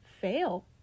fail